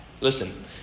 Listen